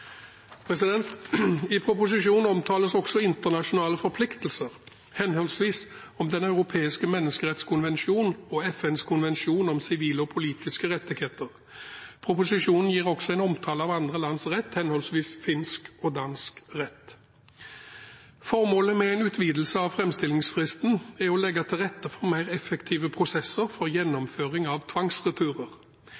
I proposisjonen omtales også internasjonale forpliktelser, henholdsvis om Den europeiske menneskerettskonvensjon og FNs konvensjon om sivile og politiske rettigheter. Proposisjonen gir også en omtale av andre lands rett, henholdsvis finsk og dansk rett. Formålet med en utvidelse av framstillingsretten er å legge til rette for mer effektive prosesser for